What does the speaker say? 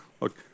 look